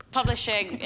Publishing